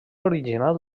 original